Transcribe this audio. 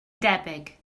debyg